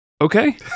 Okay